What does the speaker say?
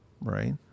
right